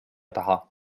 taha